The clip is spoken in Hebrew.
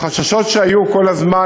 החששות שהיו כל הזמן,